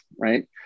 right